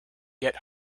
get